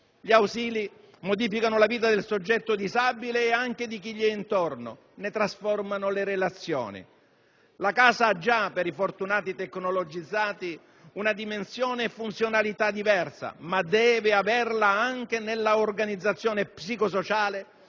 Gli ausili modificano la vita del soggetto disabile ed anche di chi gli è intorno. Ne trasformano le relazioni. La casa ha già per i fortunati tecnologizzati una dimensione e funzionalità diversa ma deve averla anche nella organizzazione psico-sociale